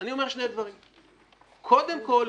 אני אומר שני דברים: קודם כל,